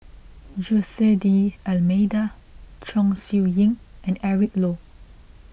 Jose D'Almeida Chong Siew Ying and Eric Low